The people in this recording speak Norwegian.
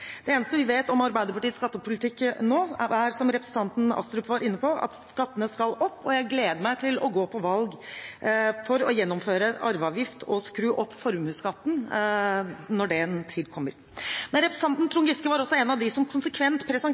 Det eneste vi vet om Arbeiderpartiets skattepolitikk nå, er – som representanten Astrup var inne på – at skattene skal opp, og jeg gleder meg til å se dem gå til valg på å gjeninnføre arveavgift og skru opp formuesskatten når den tid kommer. Representanten Trond Giske var også en av dem som konsekvent